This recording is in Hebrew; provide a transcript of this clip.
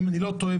אם אני לא טועה,